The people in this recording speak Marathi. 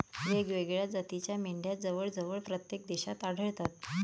वेगवेगळ्या जातीच्या मेंढ्या जवळजवळ प्रत्येक देशात आढळतात